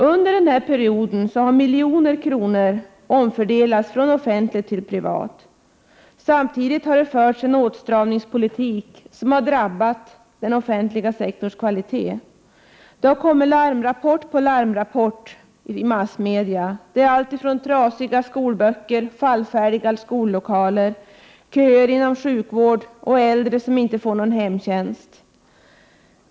Under denna period har miljoner 147 Prot. 1988/89:129 kronor omfördelats från offentlig till privat sektor. Samtidigt har det förts en åtstramningspolitik som har drabbat den offentliga sektorns kvalitet. Det har kommit larmrapport på larmrapport i massmedia. Det handlar om allt från trasiga skolböcker, fallfärdiga skollokaler, köer inom sjukvården och äldre som inte får någon hemtjänst.